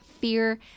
fear